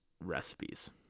recipes